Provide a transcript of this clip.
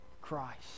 Christ